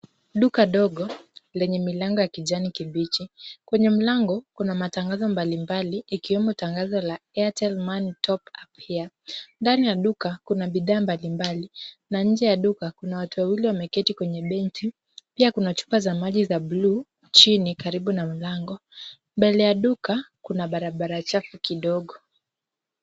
Duka ndogo lenye milango ya kijani kibichi. Kwenye mlango kuna tangazo mbali mbali ikiwemo tangazo la Airtel Money topup here . Ndani ya duka kuna bidhaa mbali mbali na nje ya duka kuna watu wawili wameketi kwenye benchi. Pia kuna chupa za maji za buluu chini karibu na mlango. Mbele ya duka kuna barabara chafu kidogo.